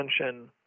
attention